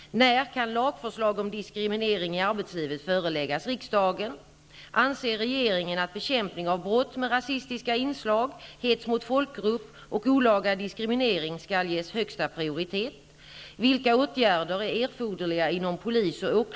När kan lagförslag om diskriminering i arbetslivet föreläggas riksdagen? Anser regeringen att bekämpning av brott med rasistiska inslag, hets mot folkgrupp och olaga diskriminering skall ges högsta prioritet?